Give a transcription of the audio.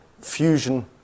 fusion